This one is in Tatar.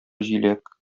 җиләк